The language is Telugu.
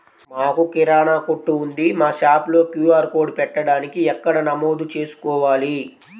మాకు కిరాణా కొట్టు ఉంది మా షాప్లో క్యూ.ఆర్ కోడ్ పెట్టడానికి ఎక్కడ నమోదు చేసుకోవాలీ?